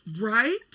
Right